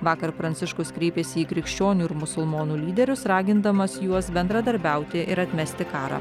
vakar pranciškus kreipėsi į krikščionių ir musulmonų lyderius ragindamas juos bendradarbiauti ir atmesti karą